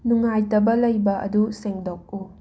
ꯅꯨꯉꯥꯏꯇꯕ ꯂꯩꯕ ꯑꯗꯨ ꯁꯦꯡꯗꯣꯛꯎ